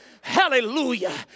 Hallelujah